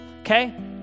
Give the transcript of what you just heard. okay